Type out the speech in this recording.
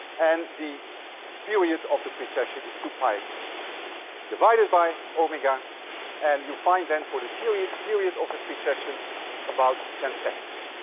and the period of the precession is two pi divided by omega and you find then for the period period of the precession about ten seconds.